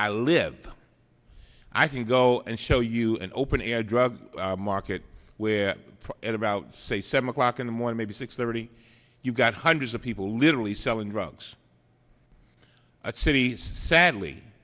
i live i can go and show you an open air drug market where at about say seven o'clock in the morning maybe six thirty you've got hundreds of people literally selling drugs a city sadly